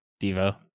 Devo